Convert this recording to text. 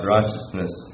Righteousness